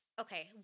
okay